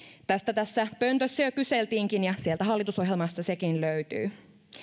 tästä tässä pöntössä jo kyseltiinkin ja sieltä hallitusohjelmasta sekin löytyy